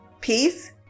peace